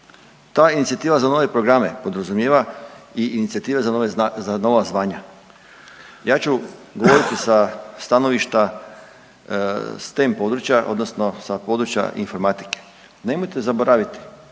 Ta inicijativa za nove programe podrazumijeva i inicijative za nove, za nova zvanja. Ja ću govoriti sa stanovišta stem područja odnosno sa područja informatike. Nemojte zaboraviti